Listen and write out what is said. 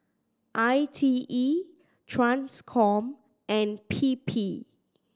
I T E Transcom and P P